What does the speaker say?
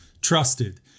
trusted